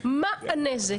בדרך